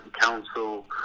council